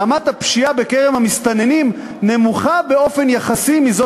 רמת הפשיעה בקרב המסתננים נמוכה באופן יחסי מזו